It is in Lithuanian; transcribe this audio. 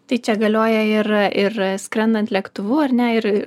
tai čia galioja ir ir skrendant lėktuvu ar ne ir